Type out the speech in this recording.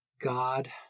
God